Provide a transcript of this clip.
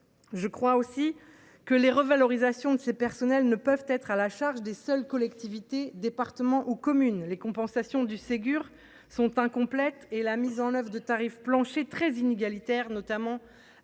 Je crois aussi que les revalorisations de ces personnels ne peuvent être à la charge des seules collectivités – départements ou communes. Les compensations du Ségur sont incomplètes. La mise en œuvre des tarifs planchers est très inégalitaire, notamment à l’égard des départements les